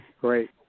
great